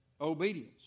obedience